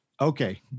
Okay